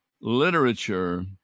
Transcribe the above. literature